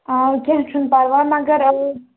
آ کیٚنٛہہ چھُنہٕ پَرواے مگر